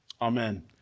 Amen